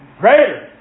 greater